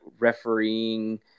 refereeing